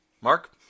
Mark